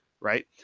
right